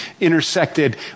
intersected